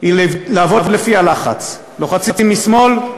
היא לעבוד לפי הלחץ: לוחצים משמאל,